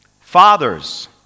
Fathers